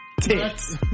Tits